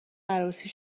عروسی